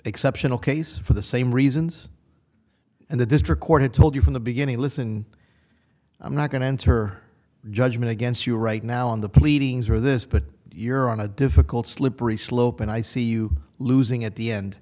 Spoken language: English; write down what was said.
exceptional case for the same reasons and the district court had told you from the beginning listen i'm not going to enter judgment against you right now on the pleadings or this but you're on a difficult slippery slope and i see you losing at the end